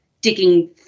digging